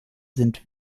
sind